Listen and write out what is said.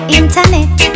internet